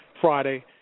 Friday